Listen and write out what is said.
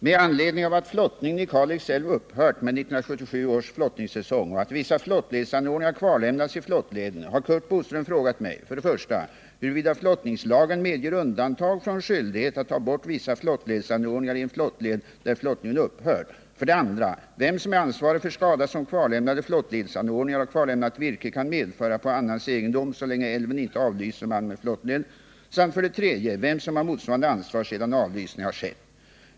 Med anledning av att flottningen i Kalix älv upphört med 1977 års flottningssäsong och att vissa flottledsanordningar kvarlämnats i flottleden har Curt Boström frågat mig för det första huruvida flottningslagen medger undantag från skyldighet att ta bort vissa flottledsanordningar i en flottled där flottningen upphört, för det andra vem som är ansvarig för skada som kvarlämnade flottledsanordningar och kvarlämnat virke kan medföra på annans egendom så länge älven inte är avlyst som allmän flottled samt för det tredje vem som har motsvarande ansvar sedan avlysning har skett.